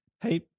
hey